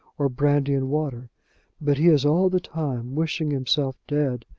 or brandy-and-water but he is all the time wishing himself dead,